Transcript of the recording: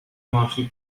marshall